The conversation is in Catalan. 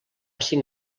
cinc